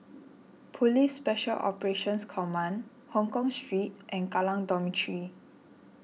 Police Special Operations Command Hongkong Street and Kallang Dormitory